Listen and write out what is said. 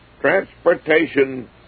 transportation